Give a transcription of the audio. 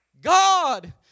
God